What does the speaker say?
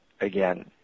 again